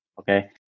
okay